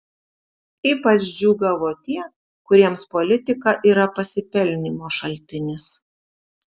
ypač džiūgavo tie kuriems politika yra pasipelnymo šaltinis